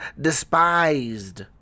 despised